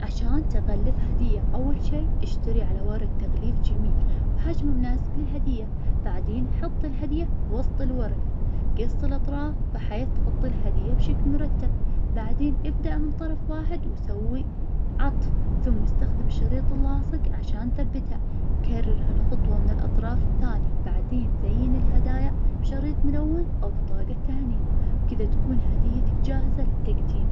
عشان تغلف هدية, أول شي اشتري على ورق تغليف جميل, حجمه مناسب للهدية, بعدين حط الهدية وسط الورقة, قص الأطراف بحيث تحط الهدية بشكل مرتب, بعدين ابدأ من طرف واحد وسوي عطف, ثم استخدم الشريط اللاصج عشان تثبتها, كرر هالخطوة من الأطراف الثانية, بعدين زين الهدايا بشريط ملون, أو بطاجه تانية, وبكذا تكون هديتك جاهزة للتقديم.